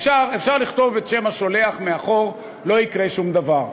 אפשר לכתוב את שם השולח מאחור, לא יקרה שום דבר.